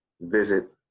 visit